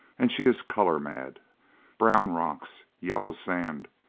and she is color-mad brown rocks, yellow sand,